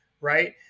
right